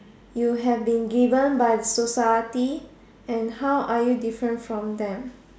you have been given by the society and how are you different from them